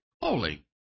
holy